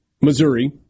Missouri